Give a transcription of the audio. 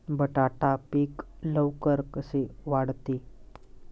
बटाटा पीक लवकर कसे वाढते?